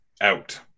out